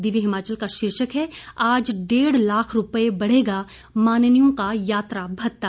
दिव्य हिमाचल का शीर्षक है आज डेढ़ लाख रूपए बढ़ेगा माननीयों का यात्रा भत्ता